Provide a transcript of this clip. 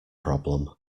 problem